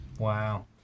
Wow